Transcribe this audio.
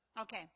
Okay